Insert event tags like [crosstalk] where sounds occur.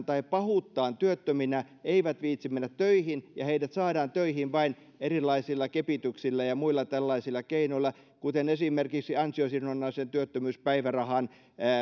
[unintelligible] tai pahuuttaan työttöminä eivät viitsi mennä töihin ja heidät saadaan töihin vain erilaisilla kepityksillä ja ja muilla tällaisilla keinoilla kuten esimerkiksi ansiosidonnaisen työttömyyspäivärahan